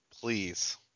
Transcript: Please